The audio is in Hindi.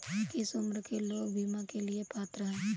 किस उम्र के लोग बीमा के लिए पात्र हैं?